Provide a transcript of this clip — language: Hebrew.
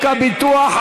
ראשונה.